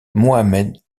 mohammed